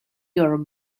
your